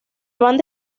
banda